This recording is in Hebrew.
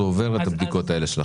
הוא עובר את הבדיקות האלה.